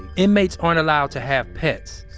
inmates aren't allowed to have pets,